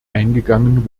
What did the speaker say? eingegangen